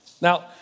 Now